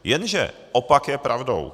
Jenže opak je pravdou.